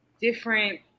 different